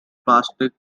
plastic